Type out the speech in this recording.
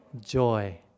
Joy